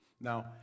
Now